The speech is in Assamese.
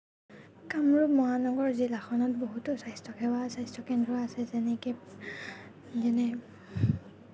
কামৰুপ মহানগৰ জিলাখনত বহুতো স্বাস্থ্যসেৱা আৰু স্বাস্থ্য কেন্দ্ৰ আছে যেনেকে যেনে